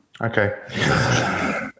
Okay